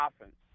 offense